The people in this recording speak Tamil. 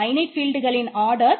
ஃபைனட் ஃபீல்ட்களின் r